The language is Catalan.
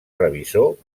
revisor